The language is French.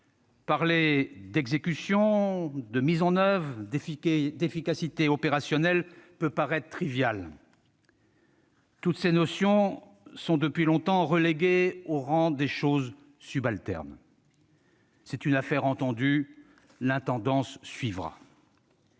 parler d'exécution, de mise en oeuvre ou d'efficacité opérationnelle peut sembler trivial. « Toutes ces notions sont depuis longtemps reléguées au rang de choses subalternes. C'est une affaire entendue : l'intendance suivra.